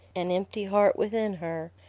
an empty heart within her,